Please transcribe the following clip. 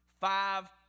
five